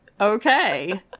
Okay